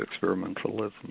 experimentalism